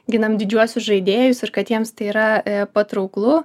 ginam didžiuosius žaidėjus ir kad jiems tai yra patrauklu